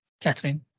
catherine